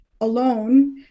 alone